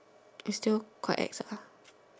it's still quite ex ah